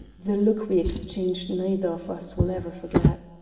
the look we exchanged neither of us will ever forget.